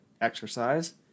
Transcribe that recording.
exercise